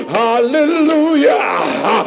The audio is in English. hallelujah